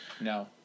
No